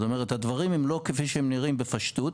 הדברים הם לא כפי שנראים בפשטות,